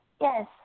yes